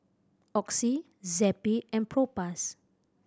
Oxy Zappy and Propass